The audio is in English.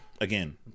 again